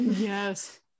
yes